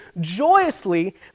joyously